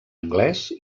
anglès